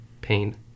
pain